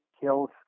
kills